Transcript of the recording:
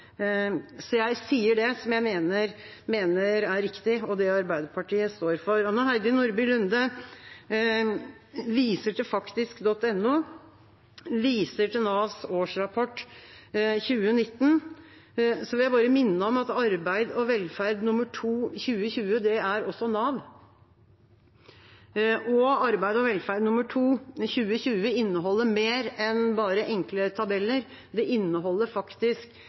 så jeg sier det jeg mener er riktig, og det Arbeiderpartiet står for. Når Heidi Nordby Lunde viser til faktisk.no og Navs årsrapport for 2019, vil jeg bare minne om at Arbeid og velferd nr. 2-2020 også er Nav, og Arbeid og velferd nr. 2-2020 inneholder mer enn bare enkle tabeller. Det inneholder analyser med signifikansnivå på hva som faktisk